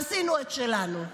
עשינו את שלנו.